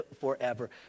forever